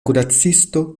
kuracisto